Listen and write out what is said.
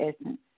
essence